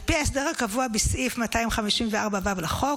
על פי ההסדר הקבוע בסעיף 254ו לחוק,